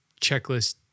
checklist